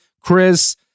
Chris